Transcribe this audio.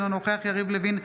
אינו נוכח יריב לוין,